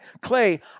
Clay